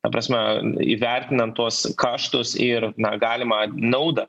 ta prasme įvertinant tuos kaštus ir na galimą naudą